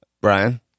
Brian